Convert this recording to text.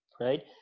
Right